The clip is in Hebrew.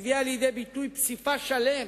שהביאה לידי ביטוי פסיפס שלם